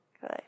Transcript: Good